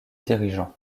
dirigeants